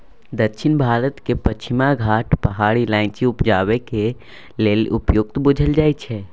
दक्षिण भारतक पछिमा घाट पहाड़ इलाइचीं उपजेबाक लेल उपयुक्त बुझल जाइ छै